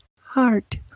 Heart